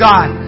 God